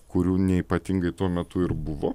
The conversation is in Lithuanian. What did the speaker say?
kurių neypatingai tuo metu ir buvo